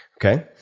okay,